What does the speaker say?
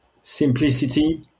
simplicity